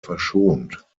verschont